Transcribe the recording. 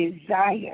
desire